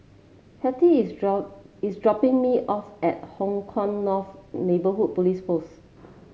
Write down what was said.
pate is drop is dropping me off at Hong Kah North Neighbourhood Police Post